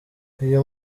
iyo